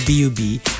B-U-B